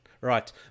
Right